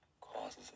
causes